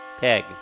Peg